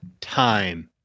time